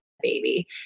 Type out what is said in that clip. baby